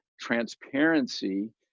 transparency